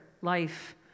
life